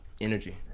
energy